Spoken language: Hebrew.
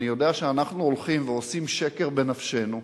יודע שאנחנו הולכים ועושים שקר בנפשנו,